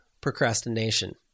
procrastination